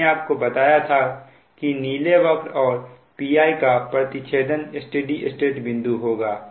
मैंने आपको बताया था की नीले वक्र और Pi का प्रतिच्छेदन स्टेडी स्टेट बिंदु होगा